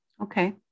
Okay